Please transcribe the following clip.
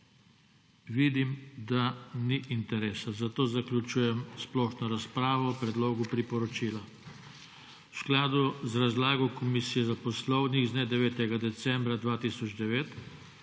Vidim, da ni interesa. Zato zaključujem splošno razpravo o predlogu priporočila. V skladu z razlago komisije za poslovnik z dne 9. decembra 2009